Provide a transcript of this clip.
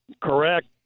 Correct